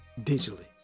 digitally